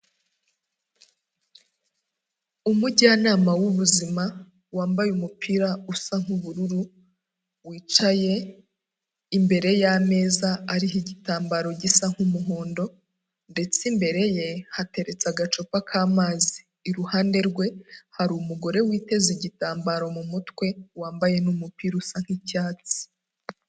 Umujyanama w'ubuzima wambaye umupira usa nk'ubururu, wicaye imbere y'ameza ariho igitambaro gisa nk'umuhondo ndetse imbere ye hateretse agacupa k'amazi, iruhande rwe hari umugore witeze igitambaro mu mutwe wambaye n'umupira usa nk'icyatsi.